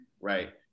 right